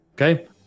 Okay